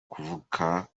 kuvuka